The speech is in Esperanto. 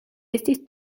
estis